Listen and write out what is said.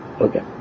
Okay